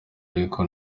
ariko